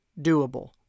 doable